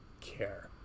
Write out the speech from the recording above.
care